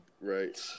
Right